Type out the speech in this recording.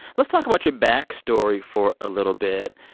let's talk about your back story for a little bit.